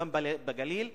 לגליל,